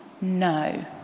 No